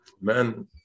man